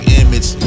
image